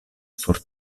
sur